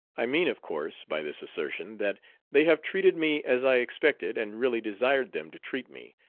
i mean, of course, by this assertion that they have treated me as i expected and really desired them to treat me,